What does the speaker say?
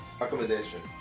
accommodation